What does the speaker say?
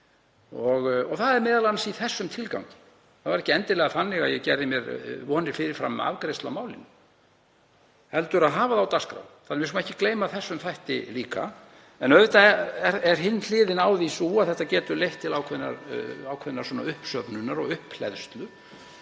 og það er m.a. í þessum tilgangi. Það var ekki endilega þannig að ég gerði mér vonir fyrir fram um afgreiðslu á málinu heldur að hafa það á dagskrá. Við megum ekki gleyma þessum þætti líka. En auðvitað er hin hliðin á því sú að þetta (Forseti hringir.) getur leitt til ákveðinnar uppsöfnunar og upphleðslu.